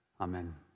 Amen